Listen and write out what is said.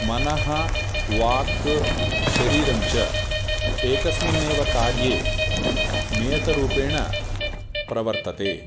मनः वाक् शरीरं च एकस्मिन्नेव कार्ये नियतरूपेण प्रवर्तते